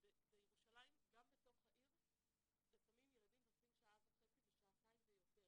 שבירושלים גם בתוך העיר לפעמים ילדים נוסעים שעה וחצי ושעתיים ויותר.